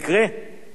הוא כשר הפנים,